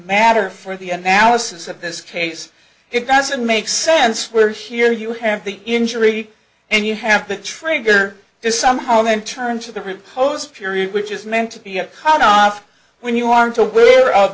matter for the analysis of this case it doesn't make sense where here you have the injury and you have the trigger is somehow in terms of the repos period which is meant to be a cut off when you aren't aware of